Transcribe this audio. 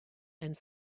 and